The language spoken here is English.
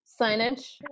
signage